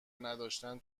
نداشتن